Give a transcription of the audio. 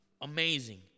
amazing